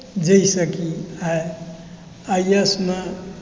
जाहिसँ कि आइ आइएसमे